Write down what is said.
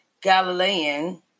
Galilean